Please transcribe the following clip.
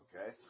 Okay